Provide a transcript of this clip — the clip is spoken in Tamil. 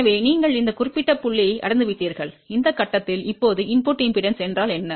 எனவே நீங்கள் இந்த குறிப்பிட்ட புள்ளியை அடைந்துவிட்டீர்கள் இந்த கட்டத்தில் இப்போது உள்ளீட்டு மின்மறுப்பு என்றால் என்ன